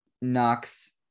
knocks